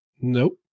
Nope